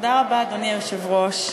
אדוני היושב-ראש,